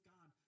God